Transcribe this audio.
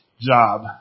job